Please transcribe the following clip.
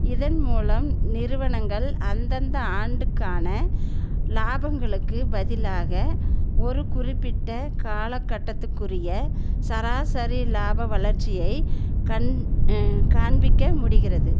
இதன் மூலம் நிறுவனங்கள் அந்தந்த ஆண்டுக்கான லாபங்களுக்குப் பதிலாக ஒரு குறிப்பிட்ட காலகட்டத்துக்குரிய சராசரி லாப வளர்ச்சியை கண் காண்பிக்க முடிகிறது